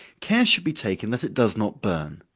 care should be taken that it does not burn.